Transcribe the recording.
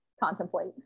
contemplate